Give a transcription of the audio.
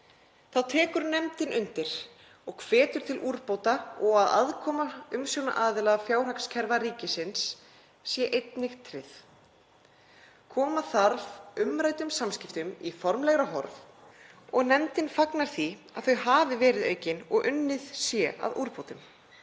Þá tekur nefndin undir og hvetur til úrbóta og að aðkoma umsjónaraðila fjárhagskerfa ríkisins sé einnig tryggð. Koma þarf umræddum samskiptum í formlegra horf og nefndin fagnar því að þau hafi verið aukin og unnið sé að úrbótum.